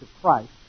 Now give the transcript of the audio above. Christ